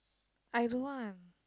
I don't want